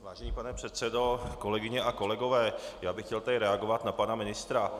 Vážený pane předsedo, kolegyně a kolegové, já bych chtěl tady reagovat na pana ministra.